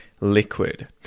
liquid